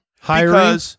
Hiring